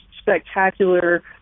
spectacular